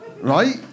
Right